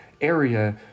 area